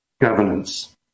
governance